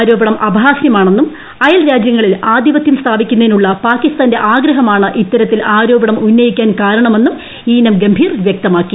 ആരോപണം അപഹാസ്യ മാണെന്നും അയൽരാജ്യങ്ങളിൽ ആധിപതൃം സ്ഥാപിക്കുന്നതിനുള്ള പാകിസ്ഥാന്റെ ആഗ്രഹമാണ് ഇത്തരത്തിൽ ആരോപണം ഉന്നയി ക്കാൻ കാരണമെന്നും ഈനം ഗംഭീർ വ്യക്തമാക്കി